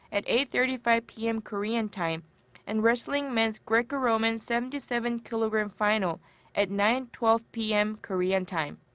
at eight thirty five pm korean time and wrestling men's greco-roman seventy seven kg and final at nine twelve pm korean time.